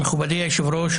מכובדי היושב-ראש,